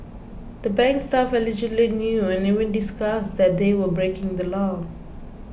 the bank's staff allegedly knew and even discussed that they were breaking the law